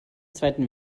zweiten